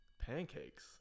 pancakes